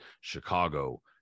Chicago